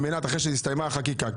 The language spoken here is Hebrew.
אחרי שנסתיימה החקיקה,